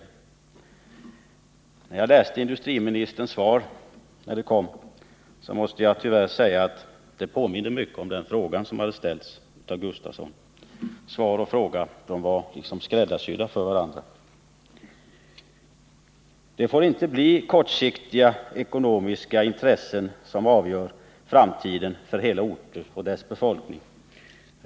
När jag läste industriministerns svar måste jag tyvärr konstatera att det påminde mycket om Rune Gustavssons interpellation — interpellation och svar var liksom skräddarsydda för varandra. Det får inte vara kortsiktiga ekonomiska intressen som avgör framtiden för hela orter och deras befolkningar.